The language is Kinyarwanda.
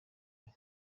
muri